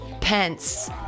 Pence